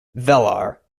velar